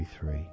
three